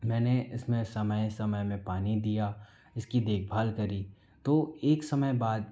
मैंने इसमें समय समय में पानी दिया इसकी देखभाल करी तो एक समय बाद